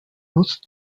nutzt